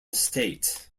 state